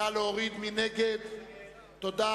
משרד החקלאות, לשנת 2010, נתקבל.